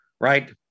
Right